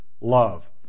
love